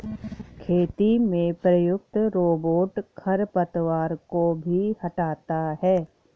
खेती में प्रयुक्त रोबोट खरपतवार को भी हँटाता है